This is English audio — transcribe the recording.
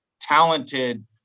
talented